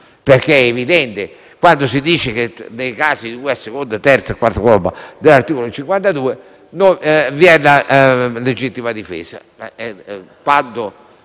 ed è evidente quando si dice che, nei casi di cui al secondo, terzo e quarto comma dell'articolo 52, vi è la legittima difesa.